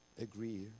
agree